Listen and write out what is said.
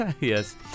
Yes